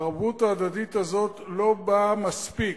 הערבות ההדדית הזאת לא באה מספיק,